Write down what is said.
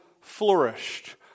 flourished